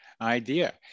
idea